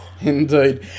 Indeed